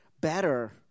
better